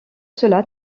cela